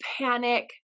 panic